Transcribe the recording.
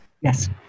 Yes